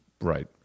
right